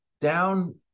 down